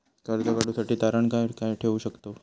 कर्ज काढूसाठी तारण काय काय ठेवू शकतव?